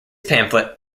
pamphlet